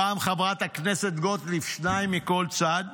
פעם, חברת הכנסת גוטליב, שניים מכל צד.